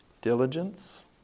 diligence